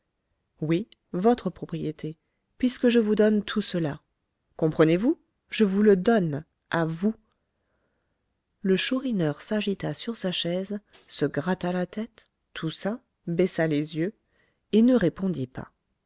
oui votre propriété puisque je vous donne tout cela comprenez-vous je vous le donne à vous le chourineur s'agita sur sa chaise se gratta la tête toussa baissa les yeux et ne répondit pas